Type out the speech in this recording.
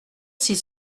s’il